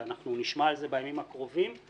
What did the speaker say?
ואנחנו נשמע על זה בימים הקרובים,